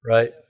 Right